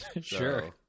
Sure